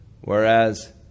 whereas